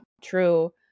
true